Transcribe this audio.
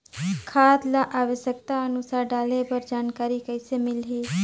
खाद ल आवश्यकता अनुसार डाले बर जानकारी कइसे मिलही?